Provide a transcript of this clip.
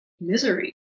misery